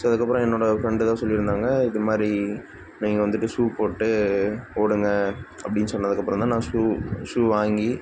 so அதுக்கப்புறம் என்னோட friend தான் சொல்லியிருந்தாங்க இது மாதிரி நீங்கள் வந்துட்டு ஷூ போட்டு ஓடுங்கள் அப்படின்னு சொன்னதுக்கப்புறம் தான் நான் ஷூ ஷூ வாங்கி